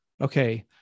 okay